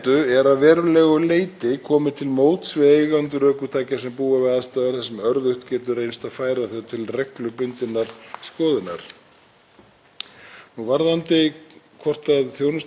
Varðandi það hvort þjónustuskylda skoðunaraðila sé nægilega rík, þá vil ég segja að reglubundin skoðun ökutækja er þjónusta sem veitt er á markaðslegum forsendum.